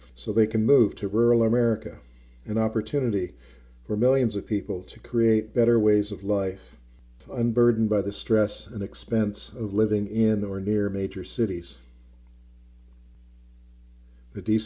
so they can move to rural america an opportunity for millions of people to create better ways of life and burdened by the stress and expense of living in or near major cities the d